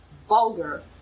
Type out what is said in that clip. vulgar